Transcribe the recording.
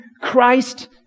Christ